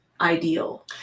ideal